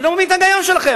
אני לא מבין את ההיגיון שלכם.